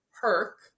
perk